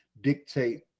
dictate